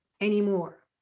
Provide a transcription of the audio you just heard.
anymore